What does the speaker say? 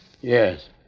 Yes